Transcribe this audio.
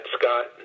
scott